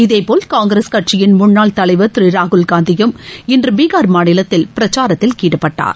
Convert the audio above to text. இதேபோல் காங்கிரஸ் கட்சியின் முன்னாள் தலைவர் ராகுல்காந்தியும் இன்று பீகார் மாநிலத்தில் பிரசாரத்தில் ஈடுபட்டார்